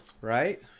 right